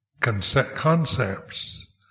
concepts